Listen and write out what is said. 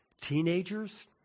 teenagers